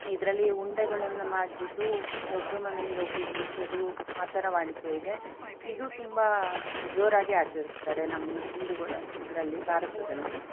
ಇದರಲ್ಲಿ ಉಂಡೆಗಳನ್ನು ಮಾಡ್ಬಿಟ್ಟು ಒಬ್ರ ಮನೆಯಿಂದ ಒಬ್ರಿಗೆ ಹಂಚೋದು ಆ ಥರ ವಾಡಿಕೆ ಇದೆ ಇದು ತುಂಬ ಜೋರಾಗೇ ಆಚರಿಸ್ತಾರೆ ನಮ್ಮ ಹಿಂದೂಗಳ ಇದರಲ್ಲಿ ಭಾರತದಲ್ಲಿ